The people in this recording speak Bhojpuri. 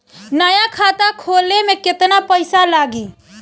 नया खाता खोले मे केतना पईसा लागि?